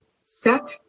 Set